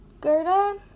Gerda